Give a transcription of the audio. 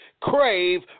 Crave